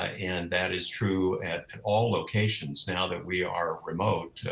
and that is true at at all locations. now that we are remote,